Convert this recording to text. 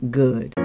good